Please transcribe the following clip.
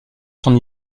son